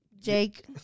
Jake